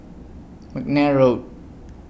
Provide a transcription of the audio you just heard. Mcnair Road